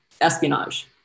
espionage